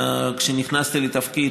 כשנכנסתי לתפקיד,